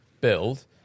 Build